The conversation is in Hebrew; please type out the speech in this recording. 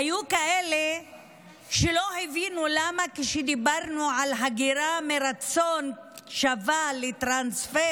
היו כאלה שלא הבינו למה כשדיברנו על זה שההגירה מרצון שווה לטרנספר